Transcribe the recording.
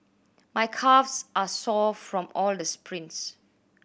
my calves are sore from all the sprints